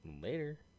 later